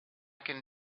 can